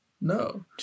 No